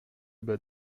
bas